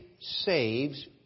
saves